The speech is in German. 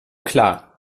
klar